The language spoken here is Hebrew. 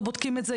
לא בודקים את זה.